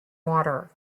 water